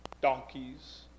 donkeys